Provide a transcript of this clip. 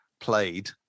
played